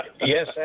Yes